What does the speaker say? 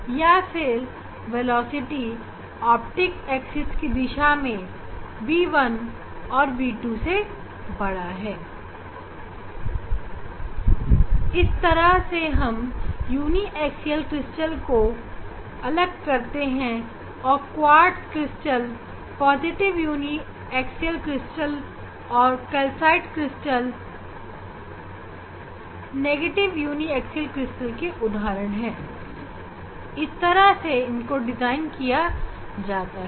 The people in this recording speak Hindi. या फिर वेलोसिटी ऑप्टिक्स एक्सिस के दिशा मेंv1 और v2 से बड़ा है इस तरह से हम यूनीएक्सल क्रिस्टल बीच में अंतर करते हैं और quartz crystal positive uniaxial crystal और कैल्साइट क्रिस्टल नेगेटिव यूनीएक्सल के उदाहरण के रूप में इनको परिभाषित किया जाता है